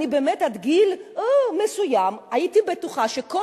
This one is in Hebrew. אני באמת עד גיל מסוים הייתי בטוחה שכל